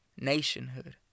nationhood